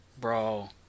bro